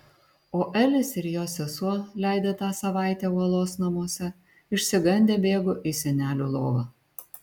o elis ir jo sesuo leidę tą savaitę uolos namuose išsigandę bėgo į senelių lovą